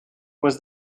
was